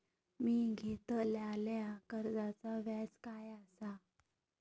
मी घेतलाल्या कर्जाचा व्याज काय आसा?